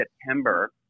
September